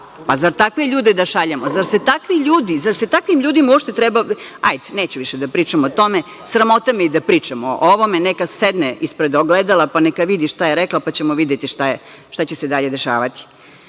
Zar takve ljude da šaljemo? Zar se takvim ljudima uopšte treba... Hajde, neću više da pričam o tome, sramota me je i da pričam o ovome. Neka sedne ispred ogledala pa neka vidi šta je rekla, pa ćemo videti šta će se dalje dešavati. Što